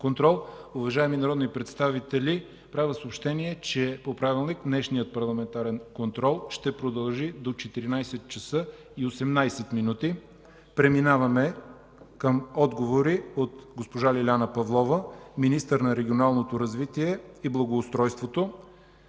контрол. Уважаеми народни представители, правя съобщение, че по правилник днешният парламентарен контрол ще продължи до 14,18 ч. Преминаваме към отговори от госпожа Лиляна Павлова – министър на регионалното развитие и благоустройството.